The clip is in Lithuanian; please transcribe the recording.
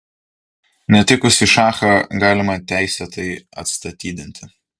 netikusį šachą galima teisėtai atstatydinti